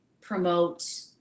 promote